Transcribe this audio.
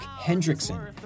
Hendrickson